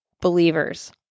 believers